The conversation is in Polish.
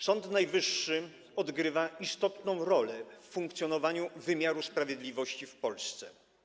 Sąd Najwyższy odgrywa istotną rolę w funkcjonowaniu wymiaru sprawiedliwości w Polsce.